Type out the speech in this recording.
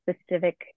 specific